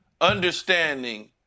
understanding